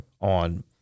on